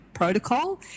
protocol